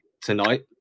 tonight